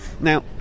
Now